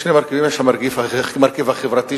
יש המרכיב החברתי,